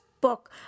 book